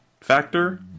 factor